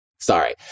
Sorry